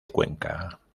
cuenca